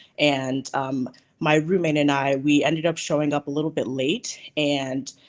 and my roommate and i, we ended up showing up a little bit late, and